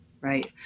Right